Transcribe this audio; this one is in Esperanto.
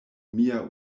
mia